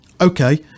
Okay